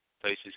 places